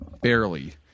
barely